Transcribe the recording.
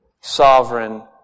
sovereign